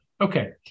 Okay